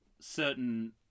certain